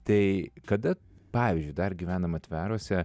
tai kada pavyzdžiui dar gyvendama tveruose